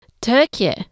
Turkey